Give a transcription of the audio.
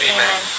Amen